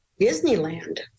Disneyland